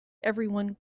everyone